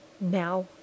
now